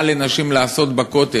מה יש לנשים לעשות בכותל,